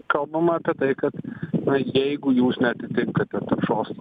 kalbama apie tai kad na jeigu jūs neatitinkate taršos